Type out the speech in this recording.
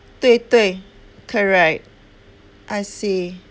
对对 correct I see